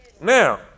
Now